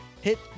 hit